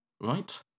right